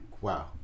Wow